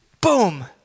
boom